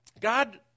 God